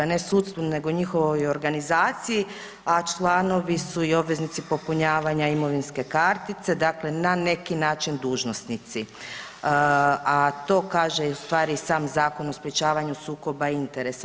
Ne sudstvu, nego njihovoj organizaciji, a članovi su i obveznici popunjavanja imovinske kartice, dakle na neki način dužnosnici, a to kaže ustvari i sam Zakon o sprječavanju sukoba interesa.